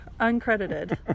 Uncredited